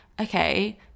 okay